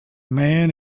man